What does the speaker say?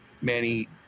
Manny